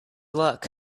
luck